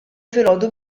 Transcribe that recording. filgħodu